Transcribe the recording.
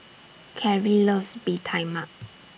Carrie loves Bee Tai Mak